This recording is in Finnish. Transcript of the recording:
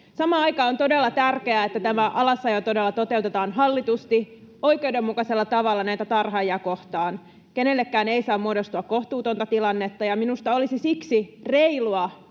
Samaan aikaan on todella tärkeää, että tämä alasajo todella toteutetaan hallitusti, oikeudenmukaisella tavalla näitä tarhaajia kohtaan. Kenellekään ei saa muodostua kohtuutonta tilannetta. Minusta olisi siksi reilua